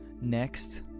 Next